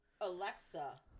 alexa